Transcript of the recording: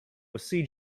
with